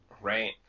right